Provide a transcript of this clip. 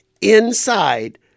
inside